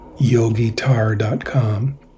yogitar.com